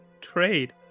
trade